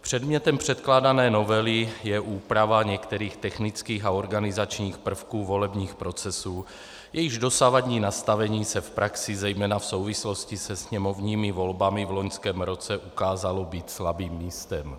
Předmětem předkládané novely je úprava některých technických a organizačních prvků volebních procesů, jejichž dosavadní nastavení se v praxi zejména v souvislosti se sněmovními volbami v loňském roce ukázalo být slabým místem.